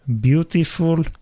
beautiful